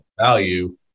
value